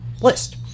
list